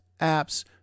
apps